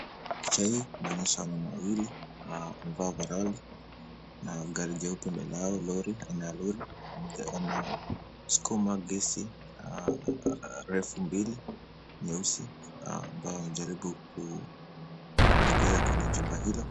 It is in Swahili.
Picha hii inaonyesha wanaume wawili, wamevaa ovaroli na gari jeupe aina ya lori linasukuma mbisi refu mbili nyeusi, ambalo wanajaribu kegeza kwenye jumba hilo.